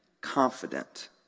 confident